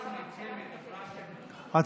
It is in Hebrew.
שמית, שמית.